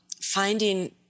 finding